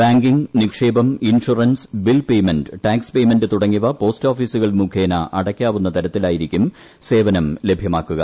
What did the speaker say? banking നിക്ഷേപം insurance bill payment tax payment തുടങ്ങിയവ post ഓഫീസുകൾ മുഖേന അടയ്ക്കാവുന്ന തരത്തിലായിരിക്കും സേവനം ലഭ്യമാക്കുക